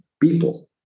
people